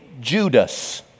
Judas